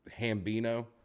Hambino